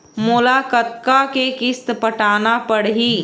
मोला कतका के किस्त पटाना पड़ही?